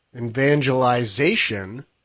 evangelization